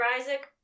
Isaac